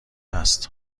است